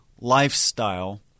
lifestyle